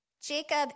Jacob